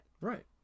Right